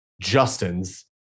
Justin's